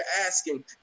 asking